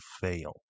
fail